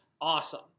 awesome